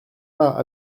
pas